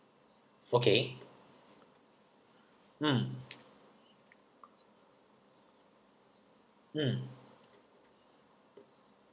okay mm mm